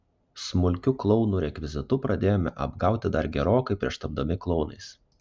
smulkiu klounų rekvizitu pradėjome apgauti dar gerokai prieš tapdami klounais